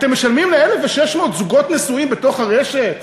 אתם משלמים ל-1,600 זוגות נשואים בתוך הרשת,